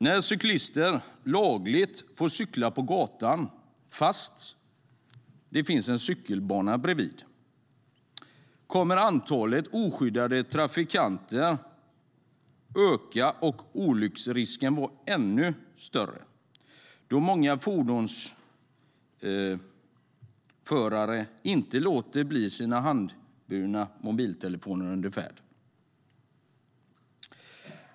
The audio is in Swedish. När cyklister lagligt får cykla på gatan fast det finns en cykelbana bredvid kommer antalet oskyddade trafikanter att öka och olycksrisken att bli ännu större, då många fordonsförare inte låter bli sina handhållna mobiltelefoner under färd.